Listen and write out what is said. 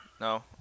No